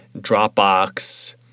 Dropbox